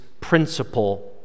principle